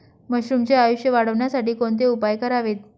मशरुमचे आयुष्य वाढवण्यासाठी कोणते उपाय करावेत?